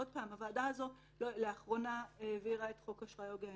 הוועדה הזאת לאחרונה העבירה את חוק אשראי הוגן,